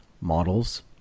models